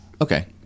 Okay